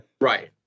Right